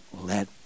let